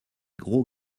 gros